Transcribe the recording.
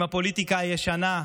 עם הפוליטיקה הישנה,